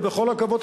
ובכל הכבוד,